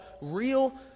real